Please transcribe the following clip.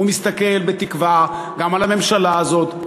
ומסתכל בתקווה גם על הממשלה הזאת,